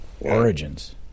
origins